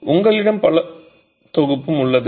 எனவே உங்களிடம் முழு தொகுப்பும் உள்ளது